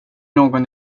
någon